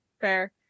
fair